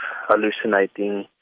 hallucinating